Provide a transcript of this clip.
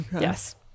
Yes